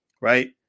right